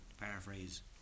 paraphrase